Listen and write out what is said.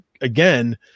again